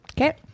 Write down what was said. Okay